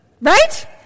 Right